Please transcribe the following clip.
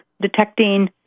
detecting